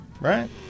right